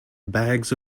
bags